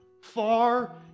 far